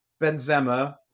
Benzema